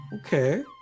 okay